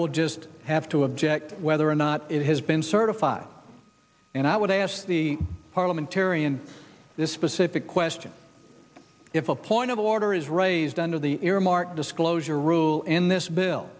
will just have to object whether or not it has been certified and i would ask the parliamentarian this specific question if a point of order is raised under the earmark disclosure rule in this bill